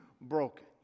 broken